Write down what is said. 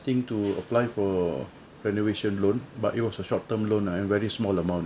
think to apply for renovation loan but it was a short term loan ah and very small amount